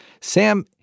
Sam